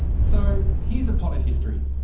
so here's a potted history.